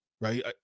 right